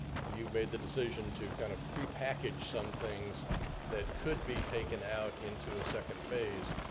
you've made the decision to kind of prepackage some things that could be taken out into a second phase,